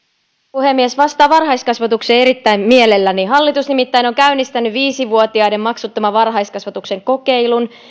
puhemies vastaan varhaiskasvatukseen erittäin mielelläni hallitus nimittäin on käynnistänyt viisi vuotiaiden maksuttoman varhaiskasvatuksen kokeilun